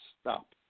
Stop